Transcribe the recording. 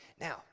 Now